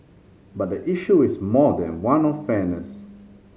but the issue is more than one of fairness